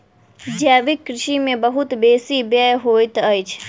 जैविक कृषि में बहुत बेसी व्यय होइत अछि